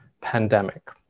pandemic